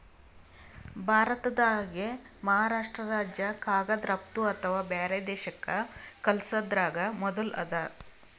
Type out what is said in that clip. ಭಾರತ್ದಾಗೆ ಮಹಾರಾಷ್ರ್ಟ ರಾಜ್ಯ ಕಾಗದ್ ರಫ್ತು ಅಥವಾ ಬ್ಯಾರೆ ದೇಶಕ್ಕ್ ಕಲ್ಸದ್ರಾಗ್ ಮೊದುಲ್ ಅದ